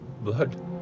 Blood